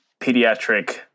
pediatric